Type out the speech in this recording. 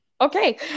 Okay